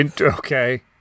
okay